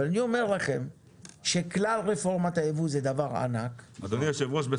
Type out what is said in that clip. אני אומר לכם שכלל רפורמת היבוא היא דבר ענק והתמרוקים,